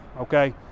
okay